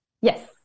Yes